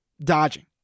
dodging